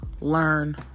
learn